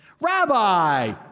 Rabbi